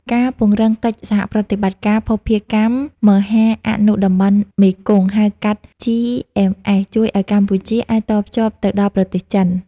ការពង្រឹងកិច្ចសហប្រតិបត្តិការ "ភស្តុភារកម្មមហាអនុតំបន់មេគង្គ" ហៅកាត់ GMS ជួយឱ្យកម្ពុជាអាចតភ្ជាប់ទៅដល់ប្រទេសចិន។